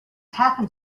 happened